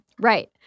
right